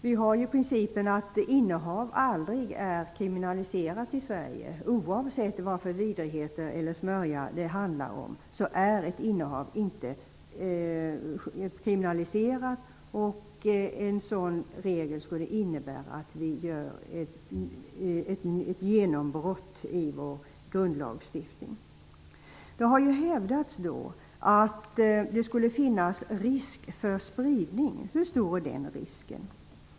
Vi har principen att innehav aldrig är kriminaliserat i Sverige, oavsett vilka vidrigheter eller vilken smörja det handlar om är ett innehav inte kriminaliserat. En sådan regel skulle innebära att vi gör ett genombrott i vår grundlagsstiftning. Det har hävdats att det skulle finnas risk för spridning. Hur stor är den risken?